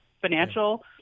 financial